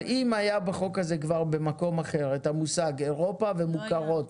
אבל אם היה בחוק הזה כבר במקום אחר את המושג אירופה ומוכרות,